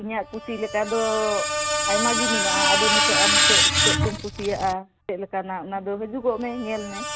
ᱤᱧᱟ ᱜ ᱠᱩᱥᱤ ᱞᱮᱠᱟ ᱫᱚ ᱟᱭᱢᱟ ᱜᱮ ᱢᱮᱱᱟᱜᱼᱟ ᱟᱫᱚ ᱱᱤᱛᱚᱜ ᱟᱢ ᱪᱮᱫ ᱪᱮᱫ ᱠᱚᱢ ᱠᱩᱥᱤᱭᱟᱜᱼᱟ ᱪᱮᱫ ᱞᱮᱠᱟᱱᱟᱜ ᱚᱱᱟ ᱫᱚ ᱦᱤᱡᱩᱜᱚᱜ ᱢᱮ ᱧᱮᱞ ᱢᱮ